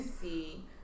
see